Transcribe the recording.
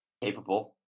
capable